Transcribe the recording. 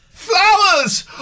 Flowers